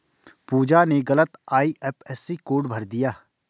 पूजा ने गलत IFSC code भर दिया